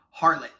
harlot